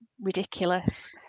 ridiculous